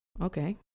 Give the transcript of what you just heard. Okay